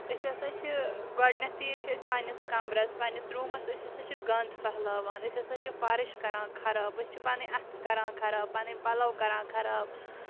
أسۍ ہسا چھٕ گۄڈٕنیٚتھی چھِ أسۍ پَنٕنِس کَمرَس پَنٕنس روٗمَس أسۍ ہسا چھِ گنٛد پھیہلاوان أسۍ ہسا چھِ فَرٕش کران خراب أسۍ چھِ پَنٕنۍ اَتھٕ کران خراب پَنٕنۍ پَلو کران خراب